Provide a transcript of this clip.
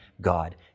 God